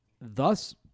thus